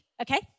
okay